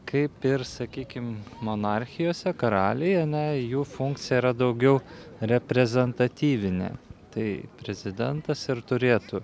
kaip ir sakykim monarchijose karaliai ane jų funkcija yra daugiau reprezentatyvinė tai prezidentas ir turėtų